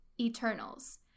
Eternals